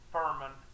Furman